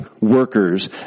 workers